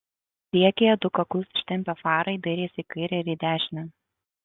priekyje du kaklus ištempę farai dairėsi į kairę ir į dešinę